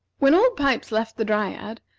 when old pipes left the dryad,